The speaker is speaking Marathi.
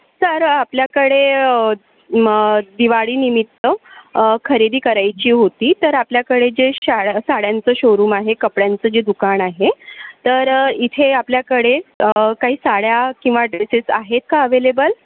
सर आपल्याकडे म दिवाळीनिमित्त खरेदी करायची होती तर आपल्याकडे जे शाळ्या साड्यांचं शोरूम आहे कपड्यांचं जे दुकान आहे तर इथे आपल्याकडे काही साड्या किंवा ड्रेसेस आहेत का अवेलेबल